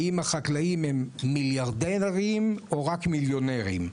האם החקלאים הם מיליארדים או רק מיליונרים.